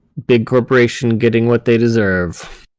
big corporation getting what they deserve.